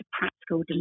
practical